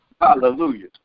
Hallelujah